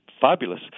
fabulous